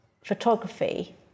photography